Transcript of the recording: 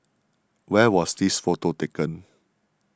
where was this photo taken